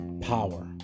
power